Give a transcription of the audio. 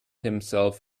himself